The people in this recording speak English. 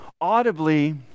audibly